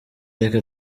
reka